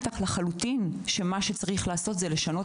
אני מסכימה איתך לחלוטין שמה שצריך לעשות זה לשנות